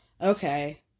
Okay